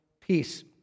peace